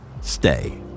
Stay